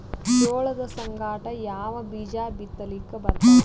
ಜೋಳದ ಸಂಗಾಟ ಯಾವ ಬೀಜಾ ಬಿತಲಿಕ್ಕ ಬರ್ತಾದ?